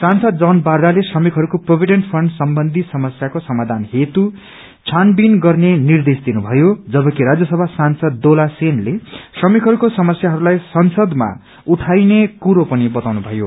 सांसद जन बारलाले श्रमिकहरूको प्रोणीडेन्ट फण्ड सम्बन्धी समस्याको समाधान हेतु छानथीन गर्ने निर्देश दिनुपयो जबकि राञ्यसभा सांसद दोला सेनूले श्रमिकहरूको समस्याहरूलाई संसदमा उठाइने कुरा पनि बताउनु भयो